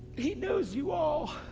he knows you all.